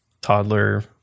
toddler